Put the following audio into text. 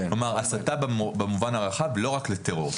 כלומר הסתה במובן הרחב, לא רק לטרור.